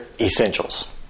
essentials